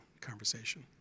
conversation